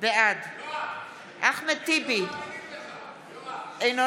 בעד לא מאמינים לך.